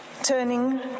turning